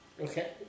Okay